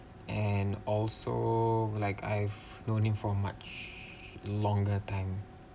and also like I've no need for much longer time